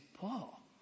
Paul